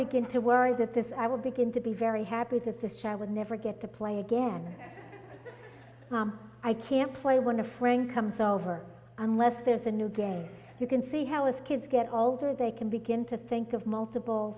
begin to worry that this i will begin to be very happy that this child will never get to play again i can't play when a friend comes over unless there's a new game you can see how us kids get older they can begin to think of multiple